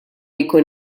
jkun